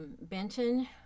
Benton